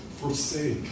forsake